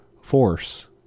force